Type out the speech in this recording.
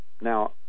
now